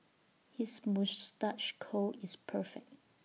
his moustache curl is perfect